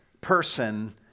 person